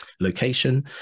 location